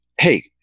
Hey